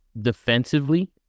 defensively